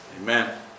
Amen